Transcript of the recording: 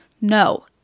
No